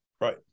Right